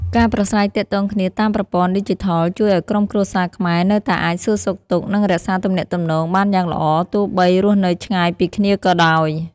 ការប្រាស្រ័យទាក់ទងគ្នាតាមប្រព័ន្ធឌីជីថលជួយឱ្យក្រុមគ្រួសារខ្មែរនៅតែអាចសួរសុខទុក្ខ និងរក្សាទំនាក់ទំនងបានយ៉ាងល្អទោះបីរស់នៅឆ្ងាយពីគ្នាក៏ដោយ។